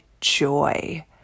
joy